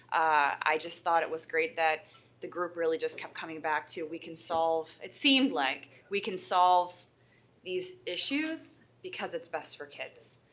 i just thought it was great that the group really just kept coming back to we can solve, it seemed like we can solve these issues because it's best for kids.